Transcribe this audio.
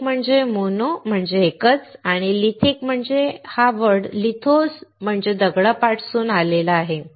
एक म्हणजे "मोनो" म्हणजे एकच आणि "लिथिक" हा लिथोस म्हणजे दगडापासून आला आहे